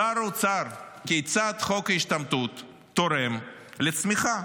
שר האוצר, כיצד חוק ההשתמטות תורם לצמיחה?